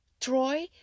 Troy